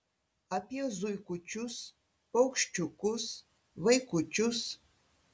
apie zuikučius paukščiukus vaikučius